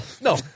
No